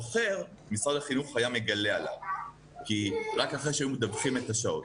משרד החינוך היה מגלה עליו רק אחרי שהיו מדווחים את השעות,